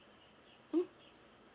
mm